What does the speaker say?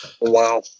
Wow